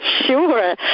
Sure